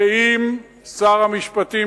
ואם שר המשפטים,